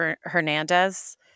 Hernandez